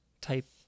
type